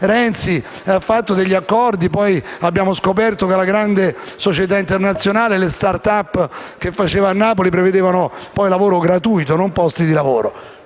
Renzi ha fatto degli accordi, poi abbiamo scoperto che la grande società internazionale, le *start up* che faceva a Napoli prevedevano poi lavoro gratuito, non posti di lavoro.